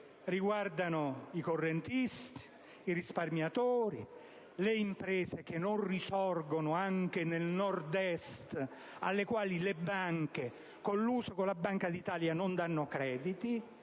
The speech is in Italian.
riguardano i correntisti, i risparmiatori, le imprese che non risorgono neanche nel Nord-Est e alle quali le banche colluse con la Banca d'Italia non danno crediti.